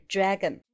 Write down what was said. Dragon